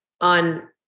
on